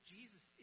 Jesus